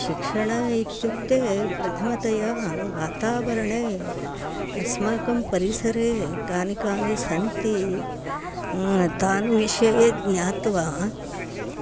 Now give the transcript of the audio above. शिक्षणम् इत्युक्ते प्रथमतया वातावरणे अस्माकं परिसरे कानि कानि सन्ति तान् विषये ज्ञात्वा